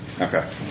Okay